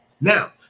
Now